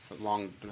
long